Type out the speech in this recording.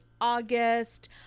August